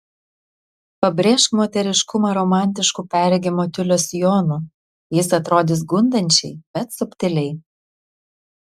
pabrėžk moteriškumą romantišku perregimo tiulio sijonu jis atrodys gundančiai bet subtiliai